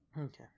Okay